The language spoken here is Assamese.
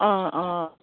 অঁ অঁ